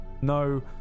no